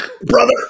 Brother